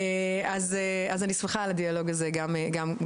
אז אני שמחה גם על הדיאלוג הזה כאן,